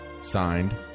Signed